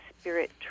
spirit